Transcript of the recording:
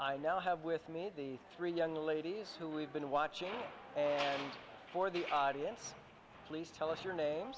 i now have with me the three young ladies who we've been watching and for the audience please tell us your name